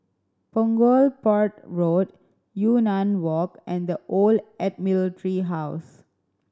Punggol Port Road Yunnan Walk and The Old Admiralty House